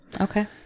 Okay